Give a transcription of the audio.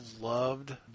loved